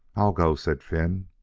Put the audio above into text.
i'll go, said finn.